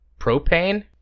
propane